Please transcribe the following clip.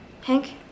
Hank